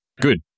Good